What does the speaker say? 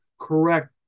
correct